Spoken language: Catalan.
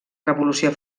revolució